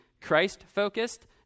Christ-focused